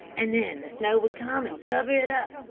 and then the snow would come and cover it up,